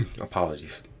Apologies